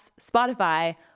Spotify